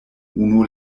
unu